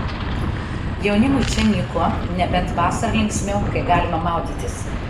jaunimui čia nyku nebent vasarą linksmiau kai galima maudytis